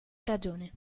ragione